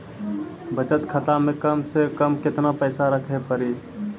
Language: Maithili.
बचत खाता मे कम से कम केतना पैसा रखे पड़ी?